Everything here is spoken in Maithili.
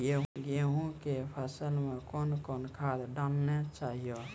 गेहूँ के फसल मे कौन कौन खाद डालने चाहिए?